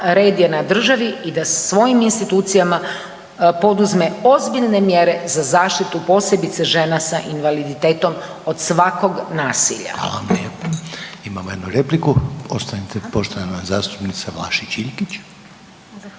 red je na državi i da svojim institucijama poduzme ozbiljne mjere za zaštitu posebice žena sa invaliditetom od svakog nasilja. **Reiner, Željko (HDZ)** Hvala vam lijepo. Imamo jednu repliku, ostanite, poštovana zastupnica Vlašić Iljkić. **Vlašić